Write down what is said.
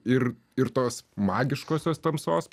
ir ir tos magiškosios tamsos